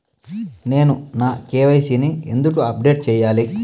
నేను నా కె.వై.సి ని ఎందుకు అప్డేట్ చెయ్యాలి?